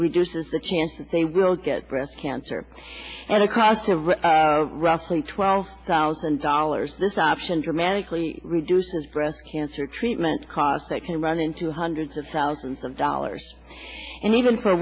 reduces the chance that they will get breast cancer and across a roughly twelve thousand dollars this option dramatically reduces breast cancer treatment costs that can run into hundreds of thousands of dollars and even for